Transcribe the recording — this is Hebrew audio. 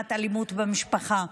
מניעת אלימות במשפחה.